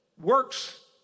works